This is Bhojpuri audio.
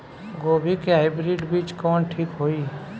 गोभी के हाईब्रिड बीज कवन ठीक होई?